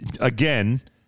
again